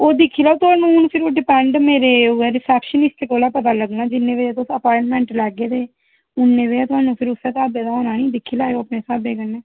ओह् दिक्खी लेगै हून ओह् फ्ही डिपैंड मेरे ओह् ऐ रिसेप्शनिस्ट कोला पता लग्गना जिन्ने बजे तुस अपाइंटमेंट लैह्गे ते उन्ने बजे थ्होनी फिर उस्सै स्हाबै दा होना निं दिक्खी लैएओ अपने स्हाबै कन्नै